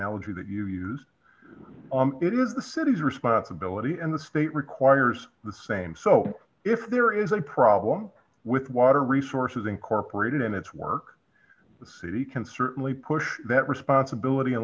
way that you use it is the city's responsibility and the state requires the same so if there is a problem with water resources incorporated in its work the city can certainly push that responsibility